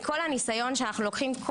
מכל הניסיון,